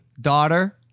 daughter